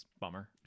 Bummer